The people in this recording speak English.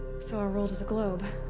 so our world is a globe.